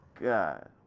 God